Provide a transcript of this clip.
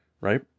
Right